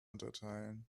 unterteilen